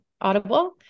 Audible